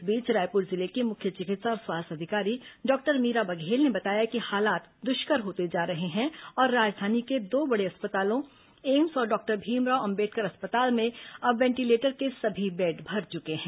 इस बीच रायपुर जिले की मुख्य चिकित्सा और स्वास्थ्य अधिकारी डॉक्टर मीरा बघेल ने बताया कि हालात दुष्कर होते जा रहे हैं और राजधानी के दो बड़े अस्पतालों एम्स और डॉक्टर भीमराव अंबेडकर अस्पताल में अब वेंटीलेटर के सभी बेड भर चुके हैं